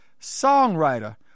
songwriter